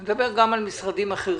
אני מדבר גם על משרדים אחרים.